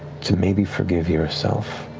to maybe forgive yourself